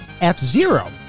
F-Zero